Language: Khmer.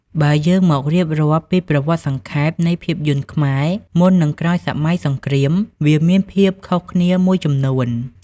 បើយើងមករៀបរាប់ពីប្រវត្តិសង្ខេបនៃភាពយន្តខ្មែរ មុននិងក្រោយសម័យសង្គ្រាម វាមានភាពខុសគ្នាមួយចំនួន។